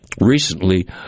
Recently